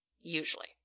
Usually